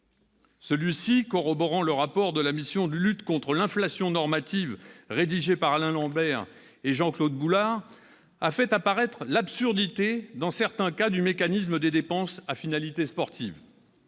le constat du rapport de la mission de lutte contre l'inflation normative, rédigé par Alain Lambert et Jean-Claude Boulard, a fait apparaître l'absurdité dans certains cas du mécanisme des dépenses à finalité sportive.